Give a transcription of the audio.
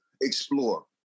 explore